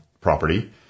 property